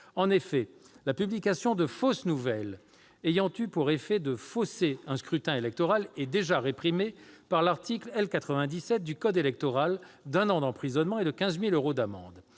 En effet, la publication de fausses nouvelles ayant eu pour effet de fausser un scrutin électoral est déjà réprimée, par l'article L. 97 du code électoral, d'un an d'emprisonnement et de 15 000 euros d'amende.